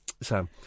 Sam